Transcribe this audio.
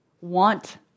want